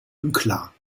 unklar